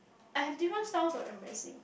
I have different styles of embarrassing